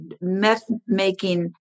meth-making